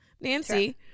Nancy